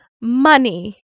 money